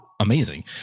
amazing